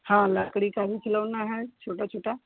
हाँ लकड़ी का भी खिलौना है छोटा छोटा